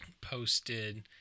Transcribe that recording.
posted